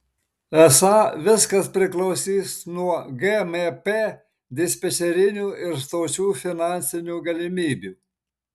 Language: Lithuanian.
esą viskas priklausys nuo gmp dispečerinių ir stočių finansinių galimybių